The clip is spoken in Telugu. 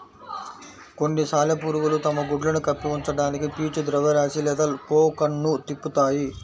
కొన్ని సాలెపురుగులు తమ గుడ్లను కప్పి ఉంచడానికి పీచు ద్రవ్యరాశి లేదా కోకన్ను తిప్పుతాయి